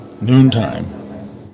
noontime